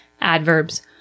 adverbs